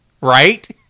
Right